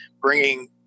bringing